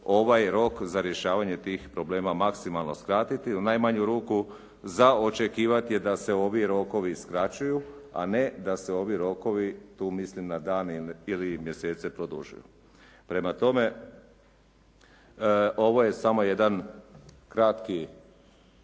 ovaj rok za rješavanje tih problema maksimalno skratiti u najmanju ruku za očekivati je da se ovi rokovi skraćuju, a ne da se ovi rokovi tu mislim na dane ili mjesece produžuju. Prema tome, ovo je samo jedan kratki